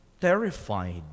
terrified